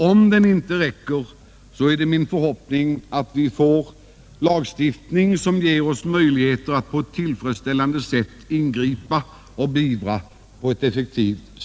Om denna inte räcker till, är det min förhoppning att vi får en lagstiftning, som ger oss möjligheter att ingripa och på ett effektivt sätt beivra förseelser på detta område.